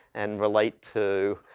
and relate to.